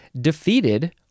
Defeated